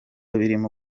birimo